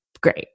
great